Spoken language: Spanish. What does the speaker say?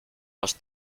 los